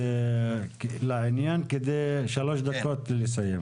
להיות לעניין, שלוש דקות לסיים.